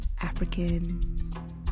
African